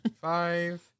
five